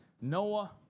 Noah